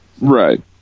Right